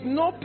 no